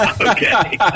Okay